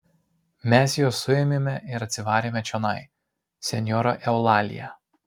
mes juos suėmėme ir atsivarėme čionai senjora eulalija